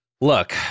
look